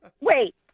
wait